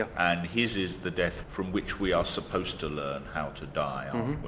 and his is the death from which we are supposed to learn how to die, um